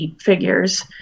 figures